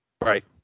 right